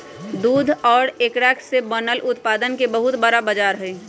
दूध और एकरा से बनल उत्पादन के बहुत बड़ा बाजार हई